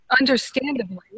understandably